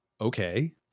Okay